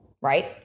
right